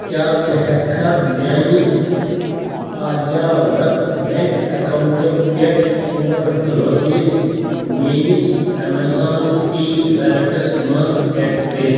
کیٛاہ ژٕ ہٮ۪ککھا میٛانہِ آریا ورَت بؠنٛک اؠکاونٹ پٮ۪ٹھ ژورہتھ رۄپیہِ میٛٲنِس اؠمیزان پے ویلیٹَس منٛز اٮ۪ڈ کٔرِتھ